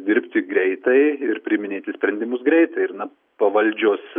dirbti greitai ir priiminėti sprendimus greitai ir na pavaldžios